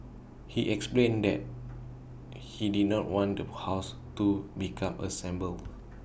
he explained that he did not want the house to become A shambles